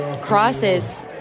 crosses